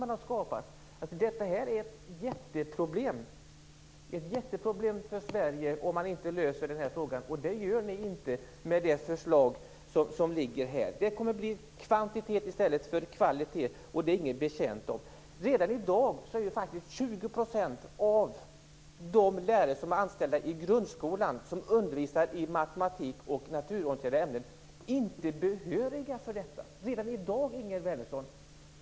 Detta är ett jätteproblem för Sverige. Ni löser inte problemet med det förslag som ligger här. Det kommer att bli kvantitet i stället för kvalitet. Det är ingen betjänt av. Redan i dag är 20 % av de lärare som är anställda i grundskolan och undervisar i matematik och naturorienterande ämnen inte behöriga. Redan i dag, Ingegerd Wärnersson!